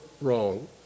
wrong